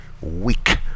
weak